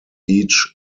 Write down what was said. each